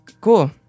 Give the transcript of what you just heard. cool